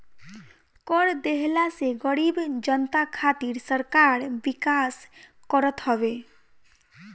कर देहला से गरीब जनता खातिर सरकार विकास करत हवे